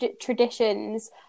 traditions